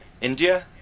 India